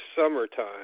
summertime